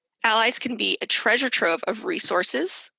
allies can be a treasure trove of resources,